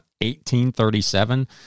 1837